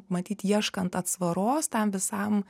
matyt ieškant atsvaros tam visam